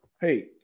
hey